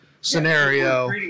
scenario